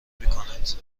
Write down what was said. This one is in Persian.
میکند